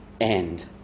end